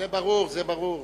זה ברור, זה ברור.